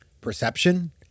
perception